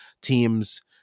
teams